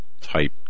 type